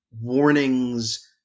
warnings